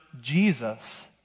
Jesus